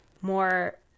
more